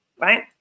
right